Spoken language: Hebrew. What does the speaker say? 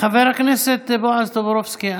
חבר הכנסת בועז טופורובסקי,